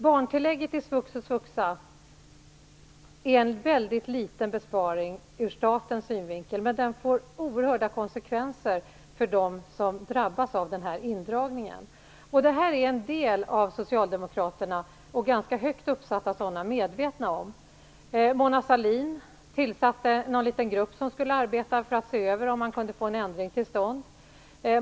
Barntillägget i svux och svuxa är en väldigt liten besparing ur statens synvinkel, men den får oerhörda konsekvenser för dem som drabbas av den indragningen. Detta är en del av socialdemokraterna, och ganska högt uppsatta sådana, medvetna om. Mona Sahlin tillsatte någon liten grupp som skulle se över om man kunde få en ändring till stånd.